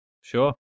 sure